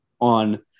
on